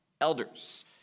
elders